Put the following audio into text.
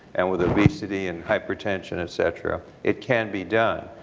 and with obesity and hypertension etc. it can be done,